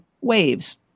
WAVES